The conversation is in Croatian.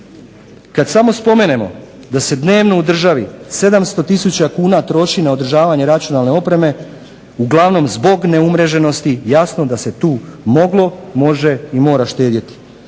Kad samo spomenemo da se dnevno u državi 700000 kuna troši na održavanje računalne opreme uglavnom zbog neumreženosti jasno da se tu moglo, može i mora štedjeti.